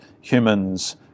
humans